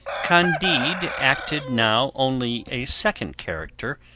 candide acted now only a second character,